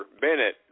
Bennett